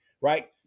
right